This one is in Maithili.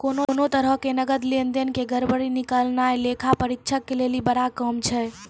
कोनो तरहो के नकद लेन देन के गड़बड़ी निकालनाय लेखा परीक्षक लेली बड़ा काम छै